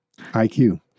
IQ